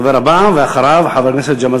הדובר הבא, ואחריו, חבר הכנסת ג'מאל